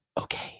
okay